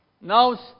Now